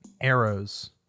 arrows